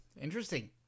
Interesting